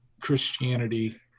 Christianity